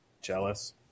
jealous